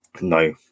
no